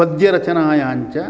पद्यरचनायाञ्च